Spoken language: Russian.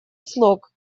слог